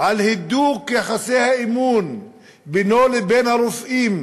על הידוק יחסי האמון בינו לבין הרופאים,